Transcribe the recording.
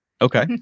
Okay